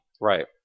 Right